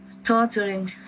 torturing